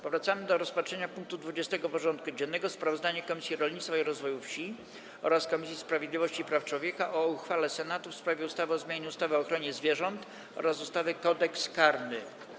Powracamy do rozpatrzenia punktu 20. porządku dziennego: Sprawozdanie Komisji Rolnictwa i Rozwoju Wsi oraz Komisji Sprawiedliwości i Praw Człowieka o uchwale Senatu w sprawie ustawy o zmianie ustawy o ochronie zwierząt oraz ustawy Kodeks karny.